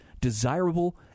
desirable